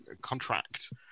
contract